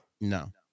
No